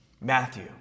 Matthew